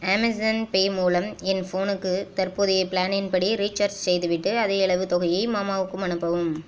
Amazon Pay மூலம் என் ஃபோனுக்கு தற்போதைய ப்ளானின் படி ரீச்சார்ஜ் செய்துவிட்டு அதேயளவு தொகையை மாமாவுக்கும் அனுப்பவும்